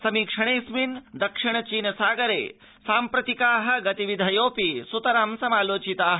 समीक्षणेऽस्मिन् दक्षिण चीन सागरे साम्प्रतिका गति विधयोऽपि सुतरां समालोचिता